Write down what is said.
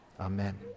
Amen